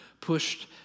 pushed